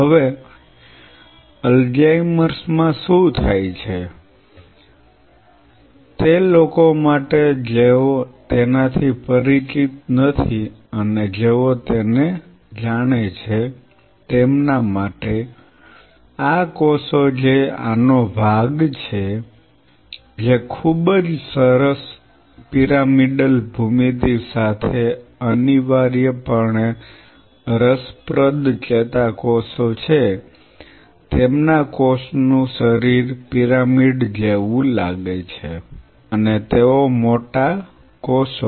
હવે Alzheimer's Alzheimer's માં શું થાય છે તે લોકો માટે જેઓ તેનાથી પરિચિત નથી અને જેઓ તેને જાણે છે તેમના માટે આ કોષો જે આનો ભાગ છે જે ખૂબ જ સરસ પિરામિડલ ભૂમિતિ સાથે અનિવાર્યપણે રસપ્રદ ચેતાકોષો છે તેમના કોષનું શરીર પિરામિડ જેવું લાગે છે અને તેઓ મોટા કોષો